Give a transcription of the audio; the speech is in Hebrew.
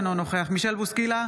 אינו נוכח מישל בוסקילה,